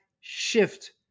shift